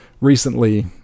recently